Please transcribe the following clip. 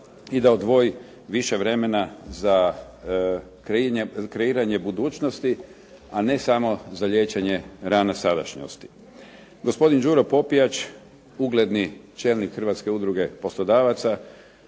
i da odvoji više vremena za kreiranje budućnosti, a ne samo za liječenje rana sadašnjosti. Gospodin Đuro Popijač, ugledni čelnih Hrvatske udruge poslodavaca.